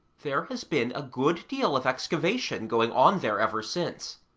there has been a good deal of excavation going on there ever since.